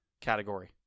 category